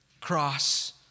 cross